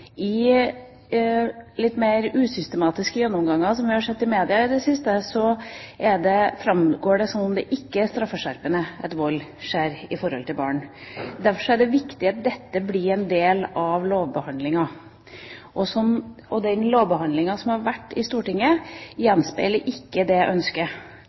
I litt mer usystematiske gjennomganger som vi har sett i media i det siste, framgår det som at det ikke er straffeskjerpende at vold skjer mot barn. Derfor er det viktig at dette blir en del av lovbehandlingen, og den lovbehandlingen som har vært i Stortinget, gjenspeiler ikke det ønsket.